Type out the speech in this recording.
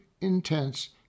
intense